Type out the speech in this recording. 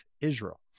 Israel